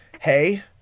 hey